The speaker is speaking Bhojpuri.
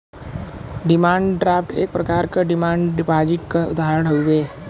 डिमांड ड्राफ्ट एक प्रकार क डिमांड डिपाजिट क उदाहरण हउवे